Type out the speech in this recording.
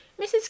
Mrs